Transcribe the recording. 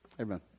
Amen